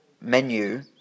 menu